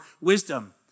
wisdom